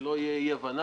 שלא תהיה אי הבנה.